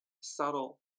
subtle